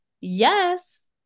yes